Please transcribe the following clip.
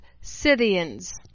Scythians